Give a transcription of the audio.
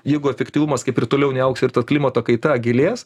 jeigu efektyvumas kaip ir toliau neaugs ir ta klimato kaita gilės